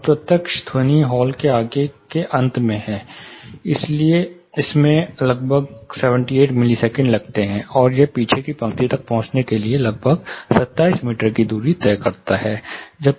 अब प्रत्यक्ष ध्वनि हॉल के आगे के अंत में है इसमें लगभग 78 मिलीसेकंड लगते हैं और यह पीछे की पंक्ति तक पहुंचने के लिए लगभग 27 मीटर की दूरी तय करता है